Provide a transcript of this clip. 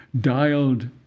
dialed